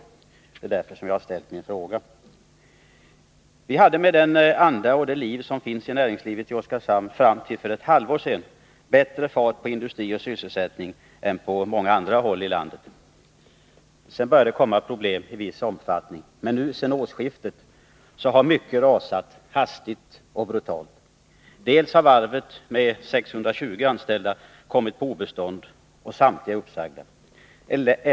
att förbättra arbetsmarknadssi att förbättra arbetsmarknadssituationen i Oskarshamn Det är därför som jag har ställt min fråga. Vi hade, med den anda och det liv som finns i näringslivet i Oskarshamn, till för ett halvår sedan bättre fart i industrin och bättre sysselsättning än på många andra håll i landet. Sedan började det komma probiem i viss omfattning. Och sedan årsskiftet har mycket rasat — hastigt och brutalt. Varvet, med 620 anställda, har kommit på obestånd, och samtliga är uppsagda.